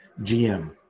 GM